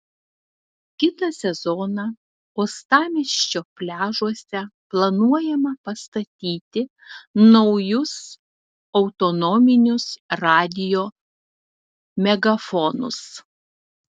kitą sezoną uostamiesčio pliažuose planuojama pastatyti naujus autonominius radijo megafonus